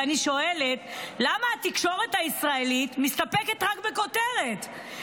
ואני שואלת: למה התקשורת הישראלית מסתפקת רק בכותרת?